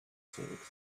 experimented